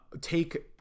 take